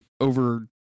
over